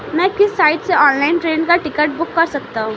मैं किस साइट से ऑनलाइन ट्रेन का टिकट बुक कर सकता हूँ?